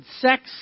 sex